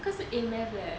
那个是 A math leh